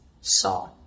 saw